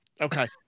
Okay